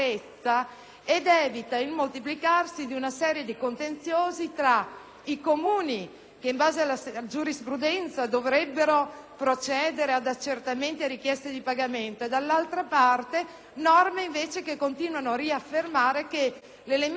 da una parte, in base alla giurisprudenza, dovrebbero procedere ad accertamenti e richieste di pagamento e, dall'altra, rispettare norme che invece continuano ad affermare che l'elemento soggettivo legato